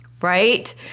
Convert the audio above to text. right